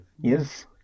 yes